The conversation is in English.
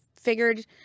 figured